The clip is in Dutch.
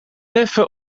leffe